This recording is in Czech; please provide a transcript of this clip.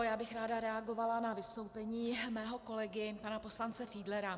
Já bych ráda reagovala na vystoupení mého kolegy, pana poslance Fiedlera.